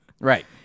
Right